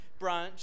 brunch